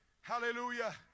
Hallelujah